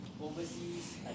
Overseas